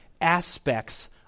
aspects